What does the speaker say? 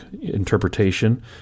interpretation